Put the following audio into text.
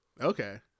Okay